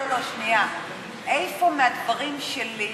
שאלתי איפה בדברים שלי,